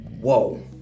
Whoa